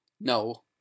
No